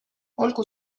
olgu